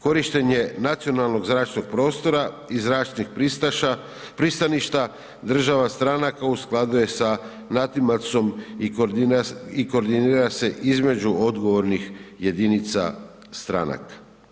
Korištenje nacionalnog zračnog prostora i zračnih pristaša, pristaništa država stranaka u skladu je sa NATINAMDS-om i koordinira se između odgovornih jedinica stranaka.